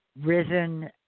risen